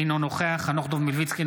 אינו נוכח חנוך דב מלביצקי,